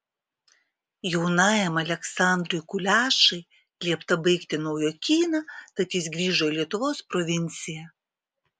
jaunajam aleksandrui kulešai liepta baigti naujokyną tad jis grįžo į lietuvos provinciją